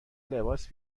لباس